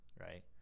right